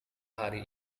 hari